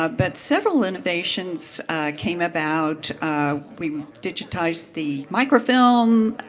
ah but several innovations came about we digitized the microfilm,